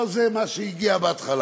לא זה מה שהגיע בהתחלה.